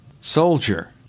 soldier